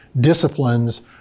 disciplines